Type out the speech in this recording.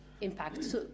impact